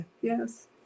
Yes